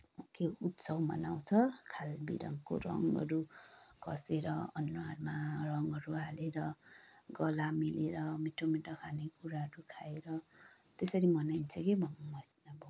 उत्सव मनाउँछ खाल बिरङको रङहरू घसेर अनुहारमा रङहरू हालेर गला मिलेर मिठो मिठो खानेकुराहरू खाएर त्यसरी मनाइन्छ के